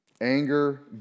anger